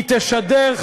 היא תשדר,